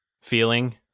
feeling